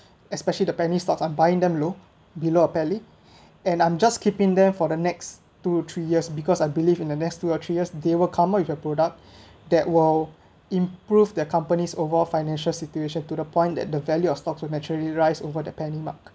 especially the penny stocks I'm buying them low below aparely and I'm just keeping them for the next two three years because I believe in the next two or three years they will come up with a product that will improve their company's overall financial situation to the point that the value of stocks with naturally rise over the penny mark